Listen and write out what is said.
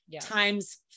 Times